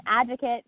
advocate